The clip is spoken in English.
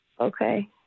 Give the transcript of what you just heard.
Okay